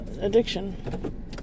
addiction